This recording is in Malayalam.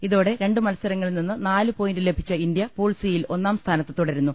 ഇതോടെ രണ്ടു മത്സരങ്ങളിൽ നിന്ന് നാലു പോയിന്റ് ലഭിച്ച ഇന്ത്യ പൂൾ സിയിൽ ഒന്നാം സ്ഥാനത്ത് തുടരുന്നു